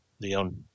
Leon